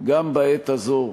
גם בעת הזאת,